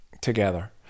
together